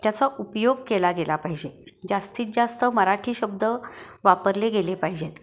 त्याचा उपयोग केला गेला पाहिजे जास्तीत जास्त मराठी शब्द वापरले गेले पाहिजेत